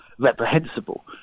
Reprehensible